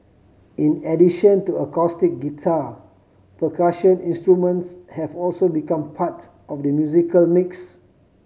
in addition to acoustic guitar percussion instruments have also become part of the musical mix